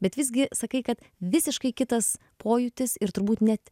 bet visgi sakai kad visiškai kitas pojūtis ir turbūt net